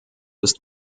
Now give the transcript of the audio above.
ist